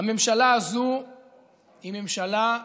הממשלה הזו היא ממשלה מכבסת,